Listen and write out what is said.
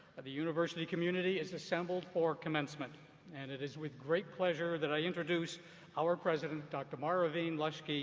the university community is assembled for commencement and it is with great pleasure that i introduce our president, doctor maravene loeschke,